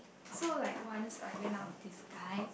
so like once I went out with this guy